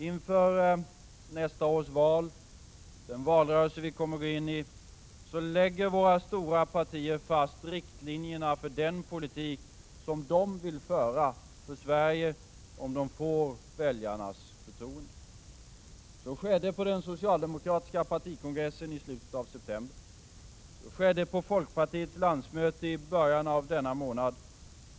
Inför nästa års val och den valrörelse vi kommer in i lägger våra stora partier fast riktlinjerna för den politik de vill föra för Sverige om de får väljarnas förtroende. Så skedde på den socialdemokratiska partikongressen i slutet av september. Så skedde på folkpartiets landsmöte i början av denna månad.